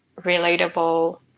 relatable